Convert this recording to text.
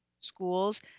schools